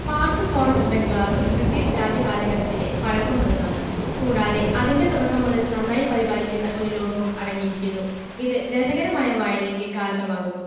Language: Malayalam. പാർക്ക് ഫോറസ്റ്റ് ബംഗ്ലാവ് ബ്രിട്ടീഷ് രാജ് കാലഘട്ടത്തിലെ പഴക്കമുള്ളതാണ് കൂടാതെ അതിൻ്റെ തുടക്കം മുതൽ നന്നായി പരിപാലിക്കുന്ന ഒരു ലോഗ് ബുക്ക് അടങ്ങിയിരിക്കുന്നു ഇത് രസകരമായ വായനയ്ക്ക് കാരണമാകുന്നു